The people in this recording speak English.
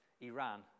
Iran